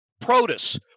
Protus